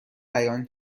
بیان